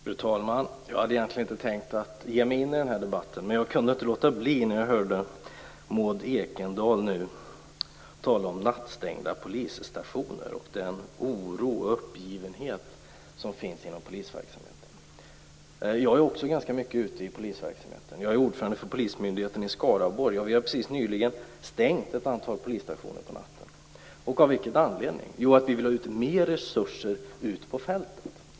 Fru talman! Egentligen hade jag inte tänkt att ge mig in i debatten, men jag kunde inte låta bli när jag hörde Maud Ekendahl tala om nattstängda polisstationer och den oro och uppgivenhet som finns inom polisen. Jag är också ganska mycket ute i polisverksamheten. Jag är ordförande för Polismyndigheten i Skaraborg, och vi har precis nyligen stängt ett antal polisstationer på natten. Av vilken anledning? Jo, vi vill ha mer resurser ute på fältet.